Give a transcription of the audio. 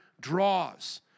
draws